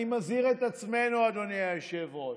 אני מזהיר את עצמנו, אדוני היושב-ראש,